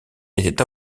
était